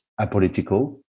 apolitical